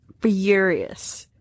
furious